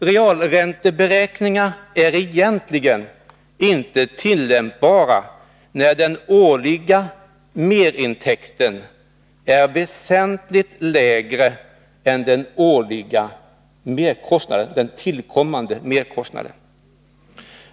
Realränteberäkningar är egentligen inte tillämpbara när den årliga merintäkten är väsentligt lägre än den årligen tillkommande merkostnaden.